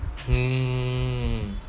mm